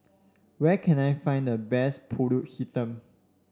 where can I find the best pulut Hitam